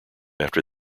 after